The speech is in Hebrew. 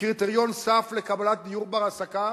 כקריטריון סף לקבלת דיור בר-השגה,